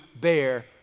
bear